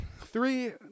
Three